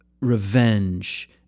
revenge